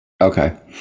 Okay